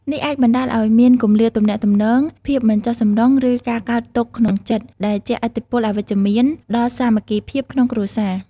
នេះអាចបណ្ដាលឱ្យមាន គម្លាតទំនាក់ទំនង ភាពមិនចុះសម្រុង ឬការកើតទុក្ខក្នុងចិត្ត ដែលជះឥទ្ធិពលអវិជ្ជមានដល់សាមគ្គីភាពក្នុងគ្រួសារ។